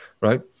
right